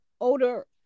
older